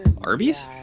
Arby's